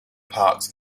parts